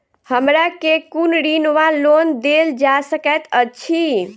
हमरा केँ कुन ऋण वा लोन देल जा सकैत अछि?